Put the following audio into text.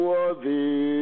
Worthy